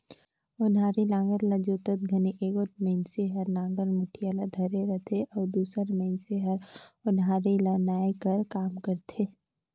ओनारी नांगर ल जोतत घनी एगोट मइनसे हर नागर मुठिया ल धरे रहथे अउ दूसर मइनसे हर ओन्हारी ल नाए कर काम करथे